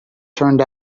turned